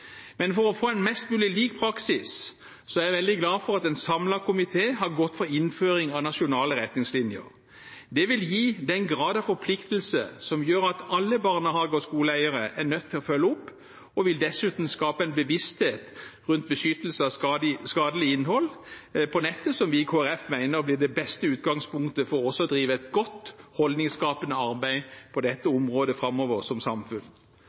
Men for å få en mest mulig lik praksis er jeg veldig glad for at en samlet komité har gått for innføring av nasjonale retningslinjer. Det vil gi den grad av forpliktelse som gjør at alle barnehage- og skoleeiere er nødt til å følge opp, og vil dessuten skape en bevissthet rundt beskyttelse mot skadelig innhold på nettet, som vi i Kristelig Folkeparti mener blir det beste utgangspunktet for å drive et godt holdningsskapende arbeid på dette området framover som samfunn.